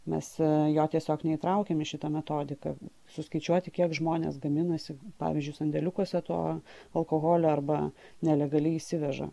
mes jo tiesiog neįtraukiam į šitą metodiką suskaičiuoti kiek žmonės gaminasi pavyzdžiui sandėliukuose to alkoholio arba nelegaliai įsiveža